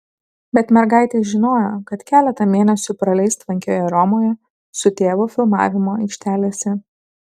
bet mergaitė žinojo kad keletą mėnesių praleis tvankioje romoje su tėvu filmavimo aikštelėse